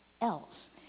else